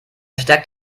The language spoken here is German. steckt